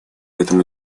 этому